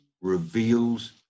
reveals